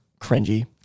cringy